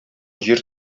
җир